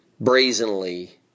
brazenly